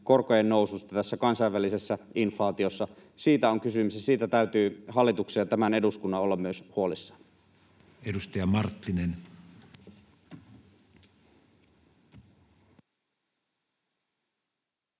korkojen noususta tässä kansainvälisessä inflaatiossa? Siitä on kysymys, ja siitä täytyy hallituksen ja tämän eduskunnan olla myös huolissaan. Edustaja Marttinen.